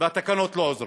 והתקנות לא עוזרות,